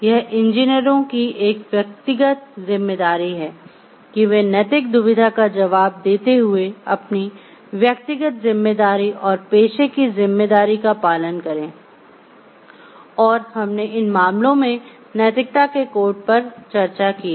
यह इंजीनियरों की एक व्यक्तिगत जिम्मेदारी है कि वे नैतिक दुविधा का जवाब देते हुए अपनी व्यक्तिगत जिम्मेदारी और पेशे की जिम्मेदारी का पालन करें और हमने इन मामलों में नैतिकता के कोड पर चर्चा की है